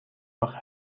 آخر